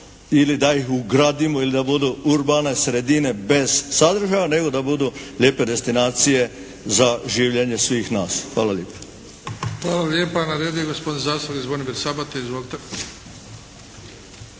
ili da ih ugradimo ili da budu urbane sredine bez sadržaja, nego da budu lijepe destinacije za življenje svih nas. Hvala lijepa. **Bebić, Luka (HDZ)** Hvala lijepa. Na redu je gospodin zastupnik Zvonimir Sabati. Izvolite.